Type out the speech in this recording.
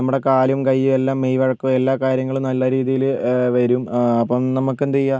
നമ്മുടെ കാലും കയ്യും എല്ലാ മെയ് വഴക്കവും എല്ലാ കാര്യങ്ങളും നല്ല രീതീയിൽ വരും അപ്പോൾ നമുക്കെന്ത് ചെയ്യാം